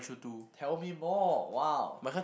tell me more !wow!